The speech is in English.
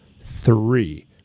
Three